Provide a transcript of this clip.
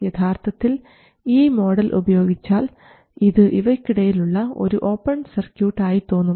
യഥാർത്ഥത്തിൽ ഈ മോഡൽ ഉപയോഗിച്ചാൽ ഇത് ഇവയ്ക്കിടയിൽ ഉള്ള ഒരു ഓപ്പൺ സർക്യൂട്ട് ആയി തോന്നും